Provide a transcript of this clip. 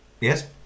Yes